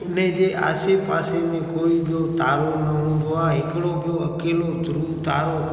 हिनजे आसे पासे में कोई ॿियों तारो न हूंदो आहे हिकिड़ो ॿियों अकेलो ध्रुव तारो